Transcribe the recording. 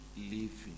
living